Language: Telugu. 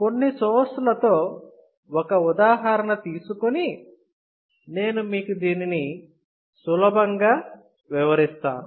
కొన్ని సోర్స్ లతో ఒక ఉదాహరణ తీసుకొని నేను మీకు దీనిని సులభంగా వివరిస్తాను